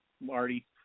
Marty